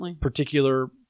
particular